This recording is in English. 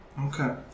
Okay